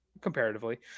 comparatively